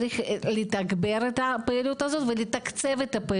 צריך לתגבר את הפעילות ולתקצב אותה,